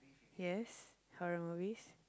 yes horror movies